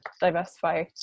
diversify